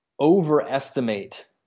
overestimate